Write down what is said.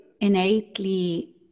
innately